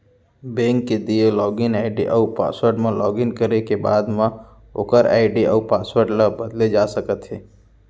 bank के दिए login ID अउ पासवर्ड म लॉगिन करे के बाद म ओकर आईडी अउ पासवर्ड ल बदले जा सकते हे